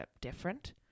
different